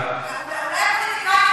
אולי הפוליטיקאים,